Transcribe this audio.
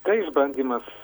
tai išbandymas